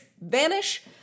vanish